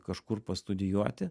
kažkur pastudijuoti